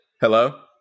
Hello